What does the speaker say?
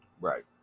Right